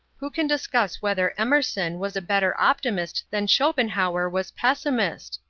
who can discuss whether emerson was a better optimist than schopenhauer was pessimist?